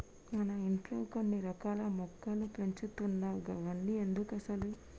మన ఇంట్లో కొన్ని రకాల మొక్కలు పెంచుతున్నావ్ గవన్ని ఎందుకసలు